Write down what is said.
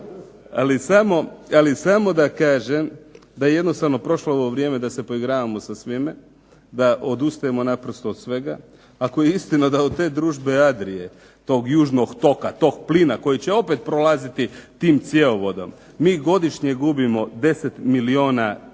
ali samo da kažem da je jednostavno prošlo ovo vrijeme da se poigravamo sa svime, da odustajemo naprosto od svega. Ako je istina da od te Družbe Adrije tog južnog toka tog plina koji će opet prolaziti tim cjevovodom, mi godišnje gubimo 10 milijuna eura.